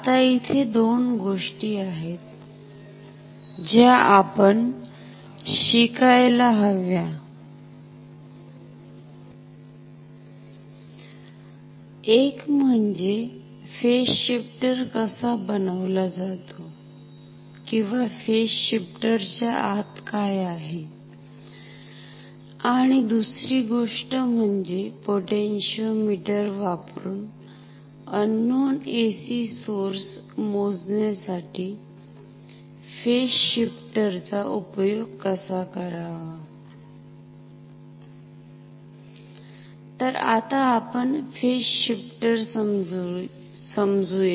आता इथे दोन गोष्टी आहेत ज्या आपण शिकायला हव्याएक म्हणजे फेज शिफ्टर कसा बनवला जातो किंवा फेज शिफ्टर च्या आत काय आहे आणि दुसरी गोष्ट म्हणजे पोटॅन्शिओमिटर वापरून अननोन AC सोर्स मोजण्यासाठी फेज शिफ्टर चा उपयोग कसा करावा तर आता आपण फेज शिफ्टर समजू या